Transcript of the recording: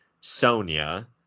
Sonia